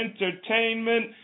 Entertainment